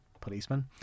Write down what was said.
policeman